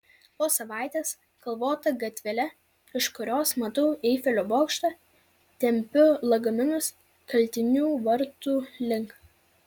po savaitės kalvota gatvele iš kurios matau eifelio bokštą tempiu lagaminus kaltinių vartų link